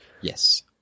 Yes